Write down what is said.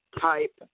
type